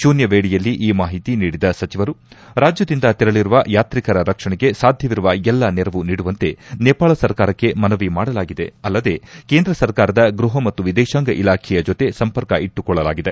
ಶೂನ್ಯ ವೇಳೆಯಲ್ಲಿ ಈ ಮಾಹಿತಿ ನೀಡಿದ ಸಚಿವರು ರಾಜ್ಯದಿಂದ ತೆರಳರುವ ಯಾತ್ರಿಕರ ರಕ್ಷಣೆ ಸಾಧ್ಯವಿರುವ ಎಲ್ಲ ನೆರವು ನೀಡುವಂತೆ ನೇಪಾಳ ಸರ್ಕಾರಕ್ಕೆ ಮನವಿ ಮಾಡಲಾಗಿದೆ ಅಲ್ಲದೆ ಕೇಂದ್ರ ಸರ್ಕಾರದ ಗೃಹ ಮತ್ತು ವಿದೇಶಾಂಗ ಇಲಾಖೆಯ ಜೊತೆ ಸಂಪರ್ಕ ಇಟ್ಟುಕೊಳ್ಳಲಾಗಿದೆ